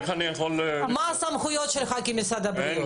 מה הסמכויות שלך כמשרד הבריאות?